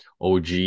OG